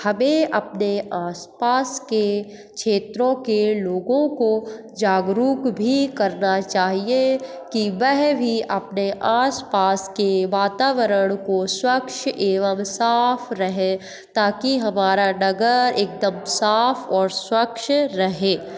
हमें अपने आसपास के क्षेत्रों के लोगों को जागरुक भी करना चाहिए कि वह भी अपने आसपास के वातावरण को स्वच्छ एवं साफ रहे ताकि हमारा नगर एकदम साफ और स्वच्छ रहे